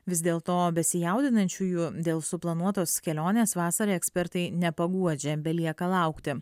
vis dėl to besijaudinančiųjų dėl suplanuotos kelionės vasarą ekspertai nepaguodžia belieka laukti